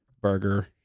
burger